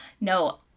no